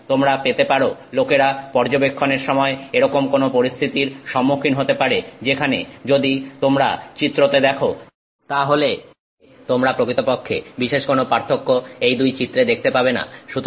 তাই তোমরা পেতে পারো লোকেরা পর্যবেক্ষণের সময় এরকম কোন পরিস্থিতির সম্মুখীন হতে পারে যেখানে যদি তোমরা চিত্রতে দেখো তাহলে তোমরা প্রকৃতপক্ষে বিশেষ কোনো পার্থক্য এই দুই চিত্রে দেখতে পাবেনা